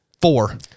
four